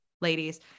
ladies